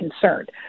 concerned